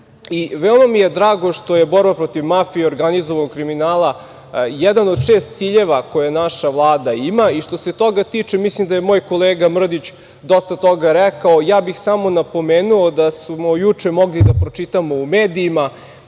Veoma mi je drago što borba protiv mafije i organizovanog kriminala jedan od šest ciljeva koje naša vlada ima. Što se toga tiče, mislim da je moj kolega Mrdić dosta toga rekao, napomenuo bih da smo juče mogli pročitati u medijima,